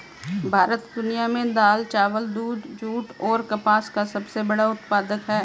भारत दुनिया में दाल, चावल, दूध, जूट और कपास का सबसे बड़ा उत्पादक है